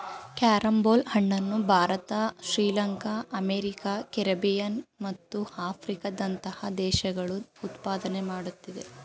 carrom ಬೋಲ್ ಹಣ್ಣನ್ನು Bharat Sri Lanka America Caribbean ಮತ್ತು ಆಫ್ರಿಕಾದಂತಹ ದೇಶಗಳು ಉತ್ಪಾದನೆ ಮಾಡುತ್ತಿದೆ